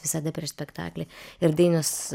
visada prieš spektaklį ir dainius